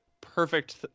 perfect